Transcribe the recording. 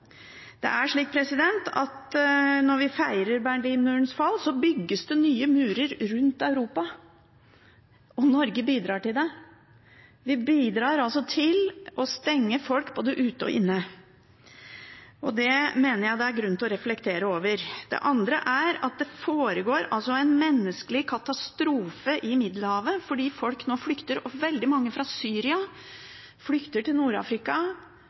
Når vi feirer Berlinmurens fall, bygges det nye murer rundt Europa. Norge bidrar til det. Vi bidrar altså til å stenge folk både ute og inne, og det mener jeg det er grunn til å reflektere over. Det andre er at det foregår en menneskelig katastrofe i Middelhavet fordi folk nå flykter. Veldig mange fra Syria flykter til